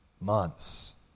months